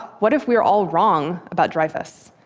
what if we're all wrong about dreyfus?